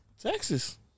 Texas